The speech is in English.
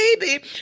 baby